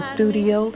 Studio